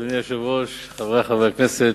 אדוני היושב-ראש, חברי חברי הכנסת,